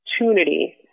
opportunity